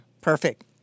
Perfect